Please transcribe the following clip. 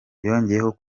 yongeyeho